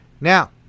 Now